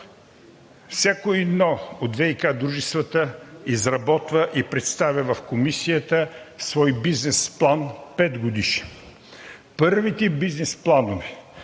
всяко едно от ВиК дружествата изработва и представя в Комисията свой бизнес план – петгодишен. Първите бизнес планове